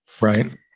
Right